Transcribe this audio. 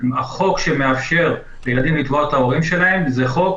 חוק שמאפשר לילדים לתבוע את ההורים שלהם זה חוק